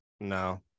No